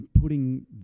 Putting